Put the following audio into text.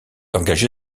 engagé